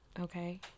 Okay